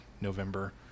November